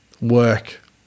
work